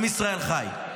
עם ישראל חי.